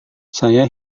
saya